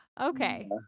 Okay